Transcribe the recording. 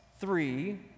three